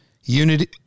unity